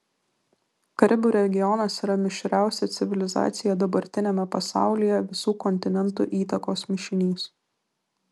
karibų regionas yra mišriausia civilizacija dabartiniame pasaulyje visų kontinentų įtakos mišinys